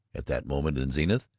at that moment in zenith,